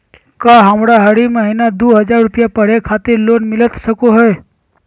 का हमरा हरी महीना दू हज़ार रुपया पढ़े खातिर लोन मिलता सको है?